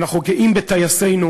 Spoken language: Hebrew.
אנחנו גאים בטייסינו,